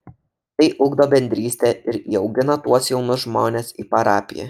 tai ugdo bendrystę ir įaugina tuos jaunus žmones į parapiją